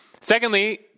secondly